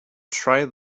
try